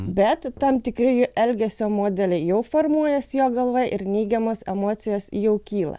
bet tam tikri jų elgesio modeliai jau formuojasi jo galvoje ir neigiamos emocijos jau kyla